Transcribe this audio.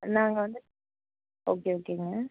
நாங்கள் வந்து ஓகே ஓகேங்க